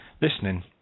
listening